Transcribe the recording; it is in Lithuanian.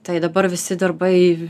tai dabar visi darbai